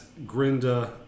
Grinda